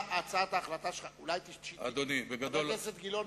חבר הכנסת גילאון,